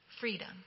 freedom